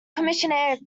commissaire